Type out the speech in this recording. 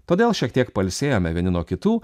todėl šiek tiek pailsėjome vieni nuo kitų